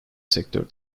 sektör